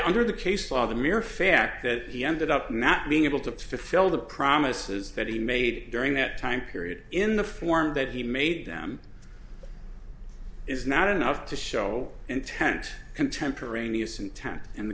under the case law the mere fact that he ended up not being able to fill the promises that he made during that time period in the form that he made them is not enough to show intent contemporaneous intent and the